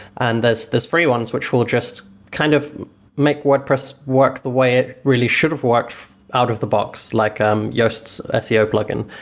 and there's free ones which will just kind of make wordpress work the way it really should have worked out of the box, like um yoast ah seo plugin,